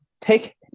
Take